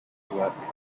work